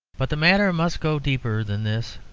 but the matter must go deeper than this.